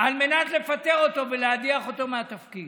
על מנת לפטר אותו ולהדיח אותו מהתפקיד.